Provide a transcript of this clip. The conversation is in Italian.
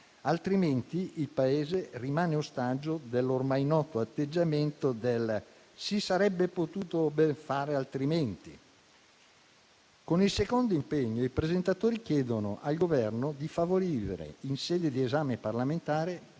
altrimenti il Paese rimane ostaggio dell'ormai noto atteggiamento del «si sarebbe potuto ben fare altrimenti». Con il secondo impegno i presentatori chiedono al Governo di favorire in sede di esame parlamentare